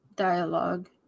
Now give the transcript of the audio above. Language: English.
dialogue